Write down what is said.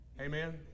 Amen